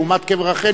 לעומת קבר רחל,